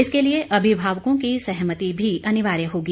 इसके लिए अभिभावकों की सहमति भी अनिवार्य होगी